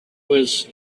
was